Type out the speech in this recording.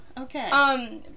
Okay